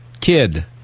kid